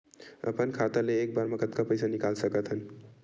अपन खाता ले एक बार मा कतका पईसा निकाल सकत हन?